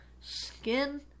skin